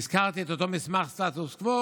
והזכרתי את אותו מסמך סטטוס קוו